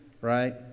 right